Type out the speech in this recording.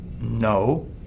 No